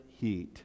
heat